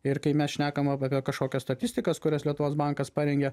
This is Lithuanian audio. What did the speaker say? ir kai mes šnekam apie kažkokias statistikas kurias lietuvos bankas parengė